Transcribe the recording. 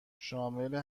شامل